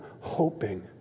hoping